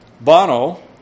Bono